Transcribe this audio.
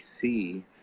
see